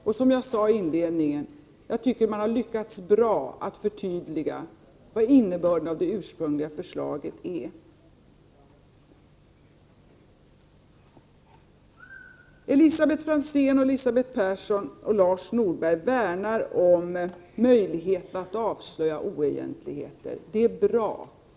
Och som jag sade i inledningen, tycker jag att man har lyckats bra att förtydliga innebörden av det ursprungliga förslaget. Elisabeth Franzén, Elisabet Persson och Lars Norberg värnar om möjligheten att avslöja oegentligheter. Det är bra.